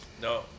No